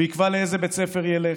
הוא יקבע לאיזה בית ספר הוא ילך,